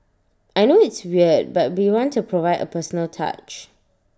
I know it's weird but we want to provide A personal touch